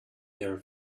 their